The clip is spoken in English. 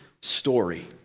story